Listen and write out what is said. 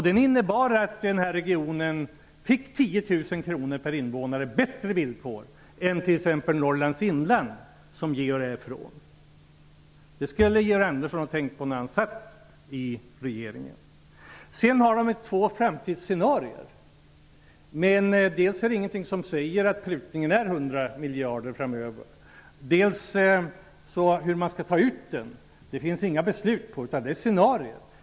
Den innebar att den här regionen fick 10 000 kr mer per invånare än t.ex. Norrlands inland, som Georg Andersson är ifrån. Det skulle Georg Andersson ha tänkt på när han satt i regeringen. Det finns två framtidsscenarier. Det finns ingenting som säger att det skall ske en prutning på 100 miljarder framöver. Det finns heller inga beslut om hur prutningen i så fall skall göras. Det handlar om scenarier.